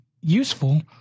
useful